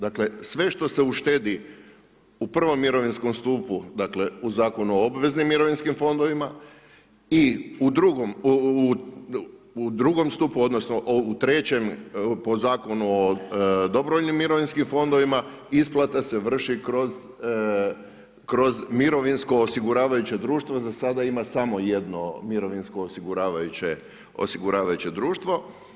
Dakle sve što se uštedi u prvom mirovinskom stupu, dakle u Zakonu o obveznim mirovinskim fondovima i u drugom stupu, odnosno u trećem po Zakonu o dobrovoljnim mirovinskim fondovima isplata se vrši kroz mirovinsko osiguravajuće društvo, za sada ima samo jedno mirovinsko osiguravajuće društvo.